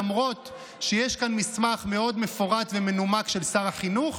למרות שיש כאן מסמך מאוד מפורט ומנומק של שר החינוך